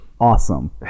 awesome